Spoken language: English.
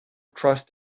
trust